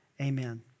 Amen